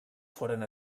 foren